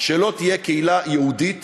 שלא תהיה קהילה יהודית